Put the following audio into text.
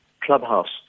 clubhouse